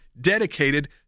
dedicated